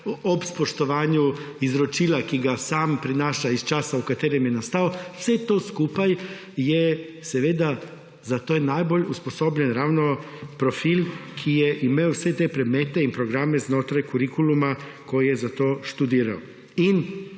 ob spoštovanju izročila, ki ga sam prinaša iz časa, v katerem je nastal. Za vse to skupaj je najbolj usposobljen profil, ki je imel vse te predmete in programe znotraj kurikuluma, ko je to študiral. In